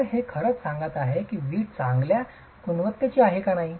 तर हे खरंच सांगत आहे की वीट चांगल्या गुणवत्तेची आहे की नाही